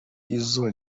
izo